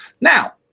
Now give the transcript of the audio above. Now